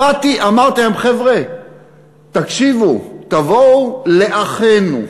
באתי, אמרתי להם: חבר'ה, תקשיבו, תבואו לאחינו,